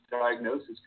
diagnosis